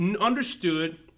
understood